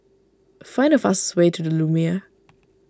find the fastest way to the Lumiere